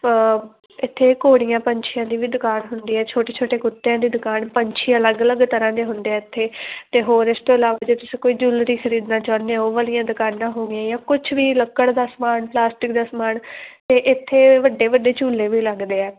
ਇੱਥੇ ਘੋੜੀਆਂ ਪੰਛੀਆਂ ਦੀ ਵੀ ਦੁਕਾਨ ਹੁੰਦੀ ਹੈ ਛੋਟੇ ਛੋਟੇ ਕੁੱਤਿਆਂ ਦੀ ਦੁਕਾਨ ਪੰਛੀਆਂ ਅਲੱਗ ਅਲੱਗ ਤਰ੍ਹਾਂ ਦੇ ਹੁੰਦੇ ਇੱਥੇ ਅਤੇ ਹੋਰ ਇਸ ਤੋਂ ਇਲਾਵਾ ਜੇ ਤੁਸੀਂ ਕੋਈ ਜਿਊਲਰੀ ਖਰੀਦਣਾ ਚਾਹੁੰਦੇ ਹੋ ਉਹ ਵਾਲੀਆਂ ਦੁਕਾਨਾਂ ਹੋ ਗਈਆਂ ਜਾਂ ਕੁਝ ਵੀ ਲੱਕੜ ਦਾ ਸਮਾਨ ਪਲਾਸਟਿਕ ਦਾ ਸਮਾਨ ਅਤੇ ਇੱਥੇ ਵੱਡੇ ਵੱਡੇ ਝੂਲੇ ਲੱਗਦੇ ਆ